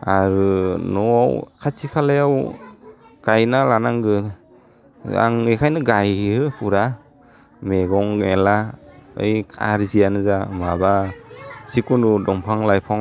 आरो न'वाव खाथि खालायाव गायना लानांगो आं बेखायनो गायो फुरा मैगं मेला है खारजियानो जा माबा जिखुनु दंफां लाइफां